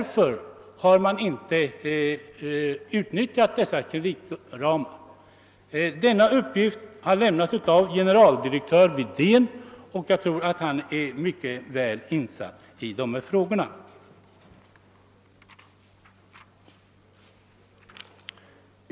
Denna uppgift har lämnats av generaldirektör Widén, och jag tror att han är mycket väl insatt i dessa frågor.